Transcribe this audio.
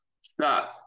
Stop